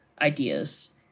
ideas